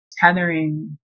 tethering